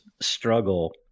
struggle